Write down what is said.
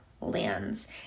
lens